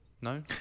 no